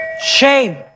Shame